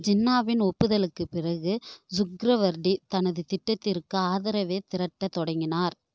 ஜின்னாவின் ஒப்புதலுக்குப் பிறகு சுஹ்ரவர்டி தனது திட்டத்திற்கு ஆதரவைத் திரட்டத் தொடங்கினார்